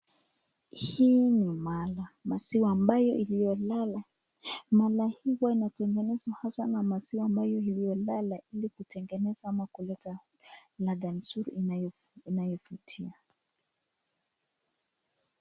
Hii ni mala. Maziwa ambayo iliyolala. Mala hii huwa inatengenezwa haswa na maziwa ambayo aliyolala ili kutengeneza ama kuleta ladha mzuri, inayovutia.